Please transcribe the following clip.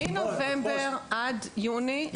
מנובמבר עד יוני זה מה שקורה.